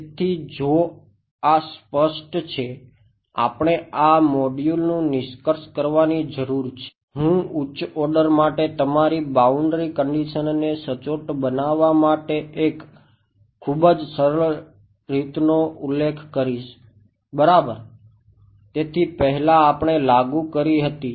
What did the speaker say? તેથી જો આ સ્પષ્ટ છે આપણે આ મોડ્યુલનું નિષ્કર્ષ કરવાની જરૂર છે હું ઉચ્ચ ઓર્ડર કઈ હતી